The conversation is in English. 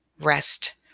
rest